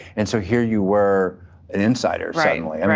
and so here you were an insider suddenly. i mean